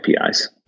APIs